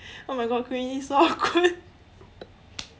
oh my god quinn it's so awkward